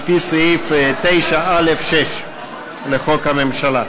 על-פי סעיף 9(א)(6) לחוק הממשלה.